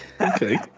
okay